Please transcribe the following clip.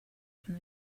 from